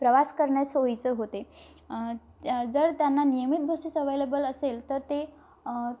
प्रवास करणे सोयीचं होते जर त्यांना नियमित बसेस अवलेबल असेल तर ते